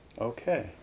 Okay